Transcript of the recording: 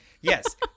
Yes